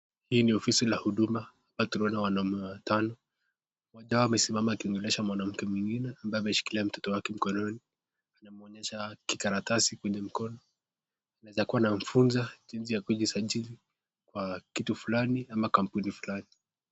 Hii ni ofisi ya huduma hapa tunaona wanaume watano, mmoja wao amesimama akiongelesha mwanamke mwingine amabye ameshikilia mtoto wake mkononi anamwonyesha kikaratasi kwenye mkono inaweza kuwa anamfunza jinsi ya kujisajili kwa kitu fulani ama kampuni fulani.